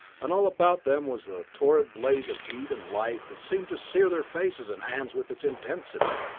and all about them was a torrid blaze of heat and light that seemed to sear their faces and hands with its intensity.